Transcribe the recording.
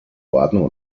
ordnung